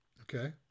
Okay